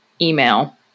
email